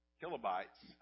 kilobytes